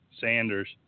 Sanders